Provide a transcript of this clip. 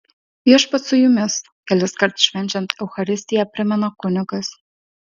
viešpats su jumis keliskart švenčiant eucharistiją primena kunigas